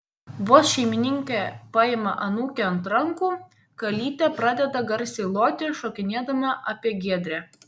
vos šeimininkė paima anūkę ant rankų kalytė pradeda garsiai loti šokinėdama apie giedrę